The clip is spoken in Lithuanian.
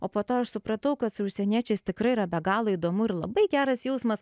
o po to aš supratau kad su užsieniečiais tikrai yra be galo įdomu ir labai geras jausmas